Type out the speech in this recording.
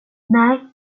nej